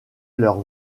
leurs